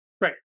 Right